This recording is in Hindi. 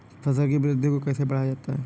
फसल की वृद्धि को कैसे बढ़ाया जाता हैं?